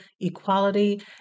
equality